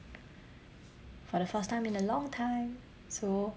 for the first time in a long time so